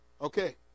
Okay